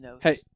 Hey